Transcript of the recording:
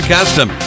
Custom